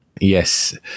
yes